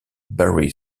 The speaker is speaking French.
barry